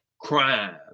crime